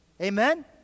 Amen